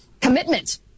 commitment